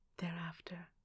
Thereafter